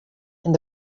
and